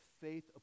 faith